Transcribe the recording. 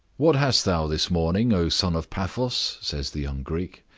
what hast thou, this morning, o son of paphos? says the young greek,